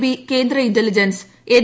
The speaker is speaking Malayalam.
ബി കേന്ദ്ര ഇന്റലിജൻസ് എൻ